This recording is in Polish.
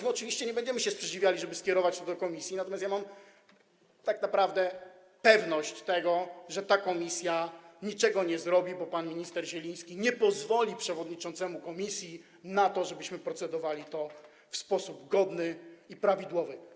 My oczywiście nie będziemy się sprzeciwiali, żeby skierować to do komisji, natomiast ja mam pewność, że komisja niczego nie zrobi, bo pan minister Zieliński nie pozwoli przewodniczącemu komisji na to, żebyśmy nad tym procedowali w sposób godny i prawidłowy.